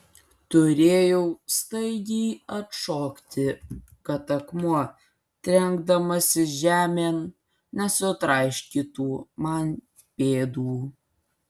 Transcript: turėjau staigiai atšokti kad akmuo trenkdamasis žemėn nesutraiškytų man pėdų